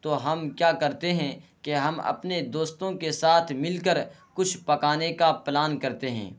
تو ہم کیا کرتے ہیں کہ ہم اپنے دوستوں کے ساتھ مل کر کچھ پکانے کا پلان کرتے ہیں